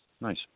Nice